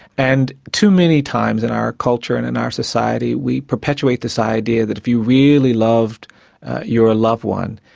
and too many times in our culture and in our society we perpetuate this idea that if you really loved your ah loved one,